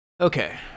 okay